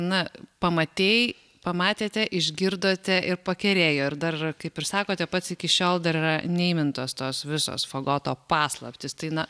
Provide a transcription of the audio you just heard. na pamatei pamatėte išgirdote ir pakerėjo ir dar kaip ir sakote pats iki šiol dar yra neįmintos tos visos fagoto paslaptys tai na